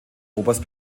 oberst